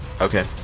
Okay